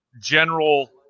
general